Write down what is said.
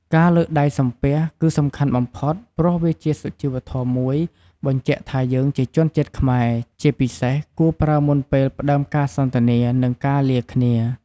ការលើកដៃសំពះគឺសំខាន់បំផុត ព្រោះវាជាសុជីវធម៌មួយបញ្ជាក់ថាយើងជាជនជាតិខ្មែរ ជាពិសេសគួរប្រើមុនពេលផ្ដើមការសន្ទនា និងការលាគ្នា។